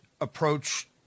approach